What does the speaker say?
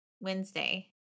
Wednesday